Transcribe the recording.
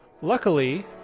Luckily